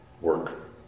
work